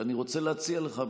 שאני רוצה להציע לך משהו.